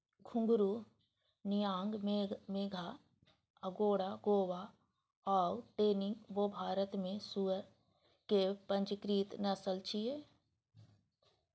घूंघरू, नियांग मेघा, अगोंडा गोवा आ टेनी वो भारत मे सुअर के पंजीकृत नस्ल छियै